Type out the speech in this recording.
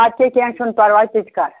اَدٕ کیٛاہ کیٚنٛہہ چھُنہٕ پَرواے تِتہِ کَر